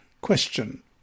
Question